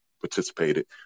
participated